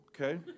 okay